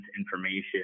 information